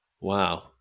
Wow